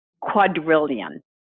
quadrillion